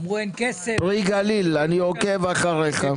אמרו, אין כסף -- פרי גליל אני עוקב אחריך.